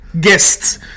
guests